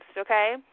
okay